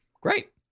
Great